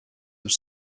have